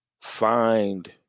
find